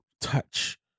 touch